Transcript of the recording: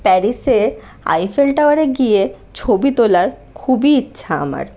প্যারিসে আইফেল টাওয়ারে গিয়ে ছবি তোলার খুবই ইচ্ছা আমার